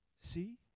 see